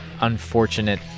unfortunate